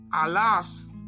alas